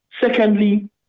secondly